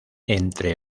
entre